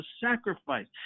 sacrifice